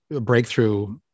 breakthrough